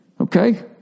Okay